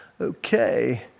Okay